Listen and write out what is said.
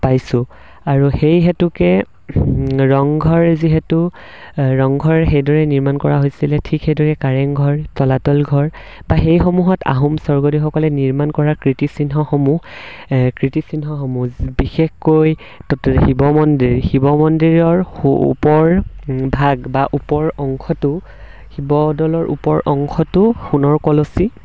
পাইছোঁ আৰু সেই হেতুকে ৰংঘৰ যিহেতু ৰংঘৰ সেইদৰে নিৰ্মাণ কৰা হৈছিলে ঠিক সেইদৰে কাৰেংঘৰ তলাতল ঘৰ বা সেইসমূহত আহোম স্বৰ্গদেউসকলে নিৰ্মাণ কৰা কীৰ্তিচিহ্নসমূহ কীৰ্তিচিহ্নসমূহ বিশেষকৈ তাত শিৱ মন্দিৰ শিৱ মন্দিৰৰ সোঁ ওপৰভাগ বা ওপৰ অংশটো শিৱদৌলৰ ওপৰ অংশটো সোণৰ কলচী